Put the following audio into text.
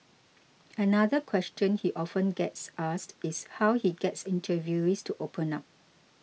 another question he often gets asked is how he gets interviewees to open up